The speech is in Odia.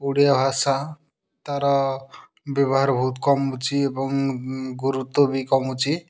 ଓଡ଼ିଆ ଭାଷା ତାର ବ୍ୟବହାର ବହୁତ କମୁଛି ଏବଂ ଗୁରୁତ୍ୱ ବି କମୁଛି